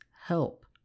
help